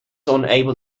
unable